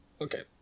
Okay